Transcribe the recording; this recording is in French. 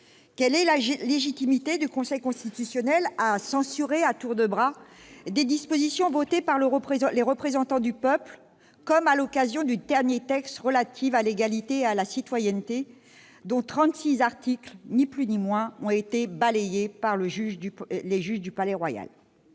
Quelle est la légitimité du Conseil constitutionnel à censurer à tour de bras des dispositions votées par les représentants du peuple, comme à l'occasion du dernier texte relatif à l'égalité et à la citoyenneté, dont 36 articles- pas moins ! -ont été balayés par les juges du Palais-Royal ?